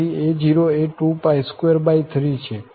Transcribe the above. તેથી a0 એ 223 છે